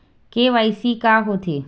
KYC का होथे?